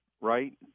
right